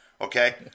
okay